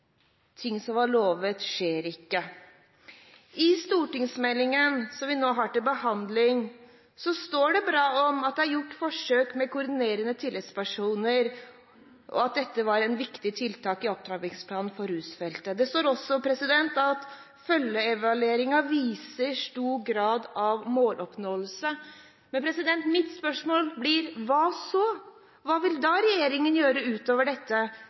Ting som var lovet, skjer ikke. I stortingsmeldingen som vi nå har til behandling, står det bra om at det har vært gjort forsøk med koordinerende tillitspersoner, og at dette var et viktig tiltak i opptrappingsplanen for rusfeltet. Det står også at følgeevalueringen viser stor grad av måloppnåelse. Mitt spørsmål blir: Hva så? Hva vil regjeringen gjøre utover dette?